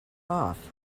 off